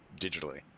digitally